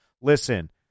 Listen